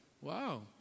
Wow